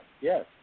yes